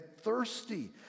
thirsty